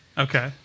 Okay